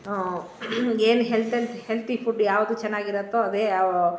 ಏನು health health healthy food ಯಾವುದು ಚೆನ್ನಾಗಿರತ್ತೋ ಅದೇ